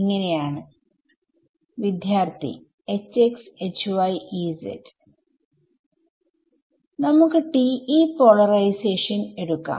ഇങ്ങനെ ആണ് നമുക്ക് TE പോളറൈസേഷൻഎടുക്കാം